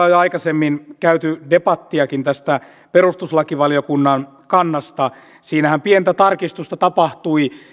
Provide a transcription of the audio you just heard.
on jo aikaisemmin käyty debattiakin tästä perustuslakivaliokunnan kannasta siinähän pientä tarkistusta tapahtui